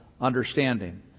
understanding